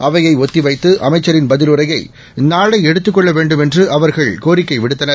அவையைஒத்திவைத்து அமைச்சரின்பதிலுரையைநாளைஎடுத்துகொள்ளவேண்டும்எ ன்றுஅவர்கள்கோரிக்கைவிடுத்தனர்